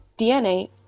DNA